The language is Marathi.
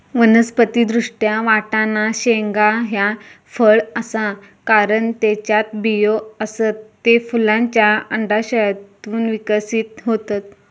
वनस्पति दृष्ट्या, वाटाणा शेंगा ह्या फळ आसा, कारण त्येच्यात बियो आसत, ते फुलांच्या अंडाशयातून विकसित होतत